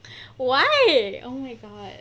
why oh my god